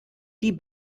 die